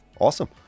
Awesome